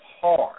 hard